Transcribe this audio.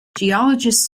geologists